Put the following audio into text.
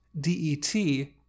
DET